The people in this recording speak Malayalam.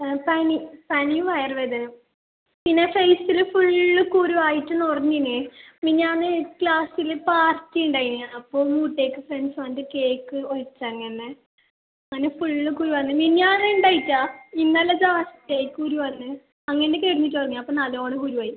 പനി പനിയും വയറുവേദനയും പിന്നെ ഫേസിൽ ഫുൾ കുരു ആയിട്ട് നിറഞ്ഞിനി മിനിഞ്ഞാന്ന് ക്ലാസ്സിൽ പാർട്ടി ഉണ്ടായിനി അപ്പോൾ മുഖത്തേക്ക് ഫ്രണ്ട്സ് വന്നിട്ട് കേക്ക് ഒഴിച്ചു അങ്ങനെ അങ്ങനെ ഫുൾ കുരു വന്നു മിനിഞ്ഞാന്ന് ഉണ്ടായില്ല ഇന്നലെ ദാ ദേ കുരു വന്നു അങ്ങനെ കിടന്നിട്ട് ഉറങ്ങി അപ്പോൾ നല്ലോണം കുരു ആയി